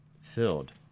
filled